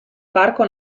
parco